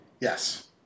Yes